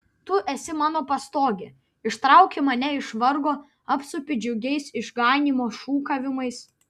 tu esi mano pastogė ištrauki mane iš vargo apsupi džiugiais išganymo šūkavimais